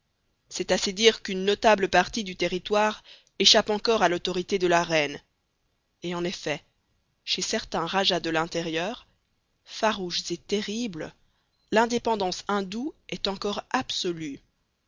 c'est assez dire qu'une notable partie du territoire échappe encore à l'autorité de la reine et en effet chez certains rajahs de l'intérieur farouches et terribles l'indépendance indoue est encore absolue